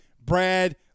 Brad